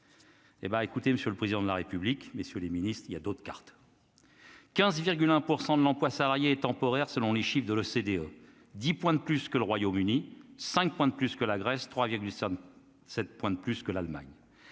Hé ben écoutez, monsieur le président de la République, messieurs les ministres, il y a d'autres cartes 15 virgule un pour de l'emploi salarié temporaire, selon les chiffres de l'OCDE, 10 points de plus que le Royaume-Uni, 5 points de plus que la Grèce 3 7 points de plus que l'Allemagne